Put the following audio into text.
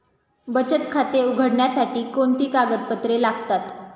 बचत खाते उघडण्यासाठी कोणती कागदपत्रे लागतात?